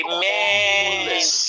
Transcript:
Amen